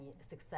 success